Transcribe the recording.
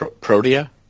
Protea